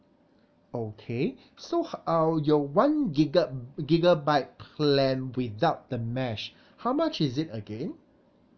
okay so h~ uh your one giga~ gigabyte plan without the mesh how much is it again